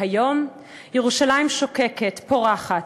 והיום ירושלים שוקקת, פורחת.